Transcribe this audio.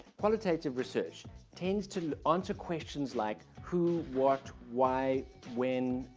qualitative research tends to answer questions like who, what, why, when,